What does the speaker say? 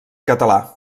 català